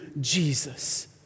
Jesus